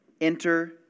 enter